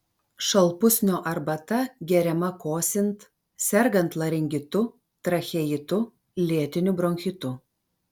šalpusnio arbata geriama kosint sergant laringitu tracheitu lėtiniu bronchitu